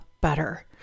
better